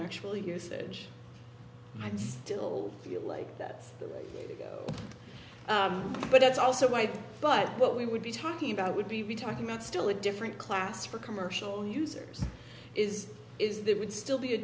stage i'd still feel like that's the way to go but that's also why but what we would be talking about would be we talking about still a different class for commercial users is is there would still be a